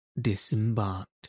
disembarked